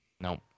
Nope